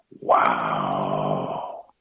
wow